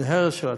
זה הרס של הצוות,